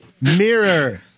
Mirror